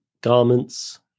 garments